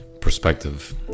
perspective